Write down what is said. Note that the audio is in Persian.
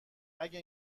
اگه